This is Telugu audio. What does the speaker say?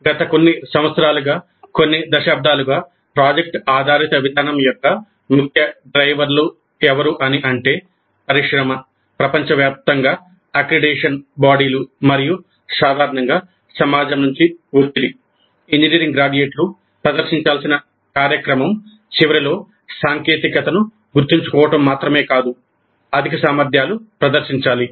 గత కొన్ని సంవత్సరాలుగా కొన్ని దశాబ్దాలుగా ప్రాజెక్ట్ ఆధారిత విధానం యొక్క ముఖ్య డ్రైవర్లు ఎవరు అని అంటే పరిశ్రమ ప్రపంచవ్యాప్తంగా అక్రిడిటేషన్ బాడీలు మరియు సాధారణంగా సమాజం నుండి ఒత్తిడి ఇంజనీరింగ్ గ్రాడ్యుయేట్లు ప్రదర్శించాల్సిన కార్యక్రమం చివరిలో సాంకేతికతను గుర్తుంచుకోవడమే కాదు అధిక సామర్థ్యాలు ప్రదర్శించాలి